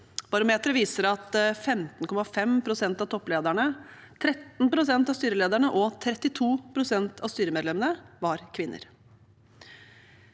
Barometeret viser at 15,5 pst. av topplederne, 13 pst. av styrelederne og 32 pst. av styremedlemmene er kvinner.